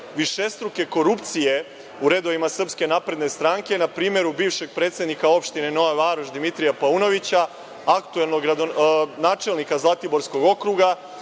višestruke korupcije u redovima SNS na primeru bivšeg predsednika opštine Nova Varoš, Dimitrija Paunovića, aktuelnog načelnika Zlatiborskog okruga? Tu